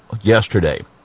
yesterday